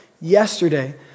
yesterday